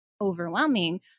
overwhelming